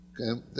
Okay